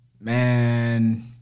Man